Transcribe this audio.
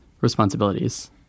responsibilities